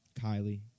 Kylie